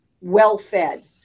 well-fed